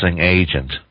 agent